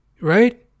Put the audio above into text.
right